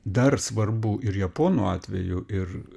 dar svarbu ir japonų atveju ir